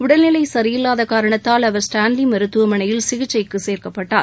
உடல்நிலை சரியில்லாத காரணத்தால் அவர் ஸ்டான்லி மருத்துவமனையில் சிகிச்சைக்கு சேர்க்கப்பட்டார்